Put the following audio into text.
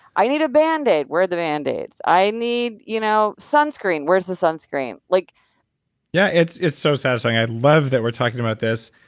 i need a band-aid. where are the band-aids? i need you know sunscreen. where's the sunscreen? like yeah, it's it's so satisfying. i love that we're talking about this,